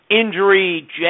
injury